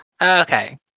Okay